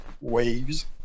waves